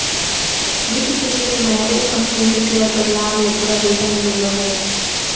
वित्त के क्षेत्र मे हरेक कम्पनी के शेयर पर लाभ ले पूरा रिटर्न मिलो हय